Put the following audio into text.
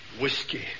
Whiskey